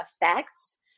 effects